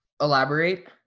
elaborate